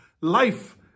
life